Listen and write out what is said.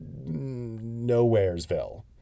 nowheresville